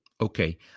Okay